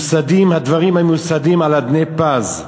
"הדברים המיוסדים על אבני פז,